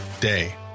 Day